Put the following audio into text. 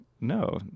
No